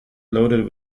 loaded